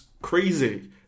Crazy